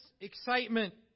excitement